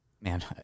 man